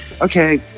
Okay